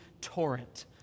torrent